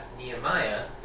Nehemiah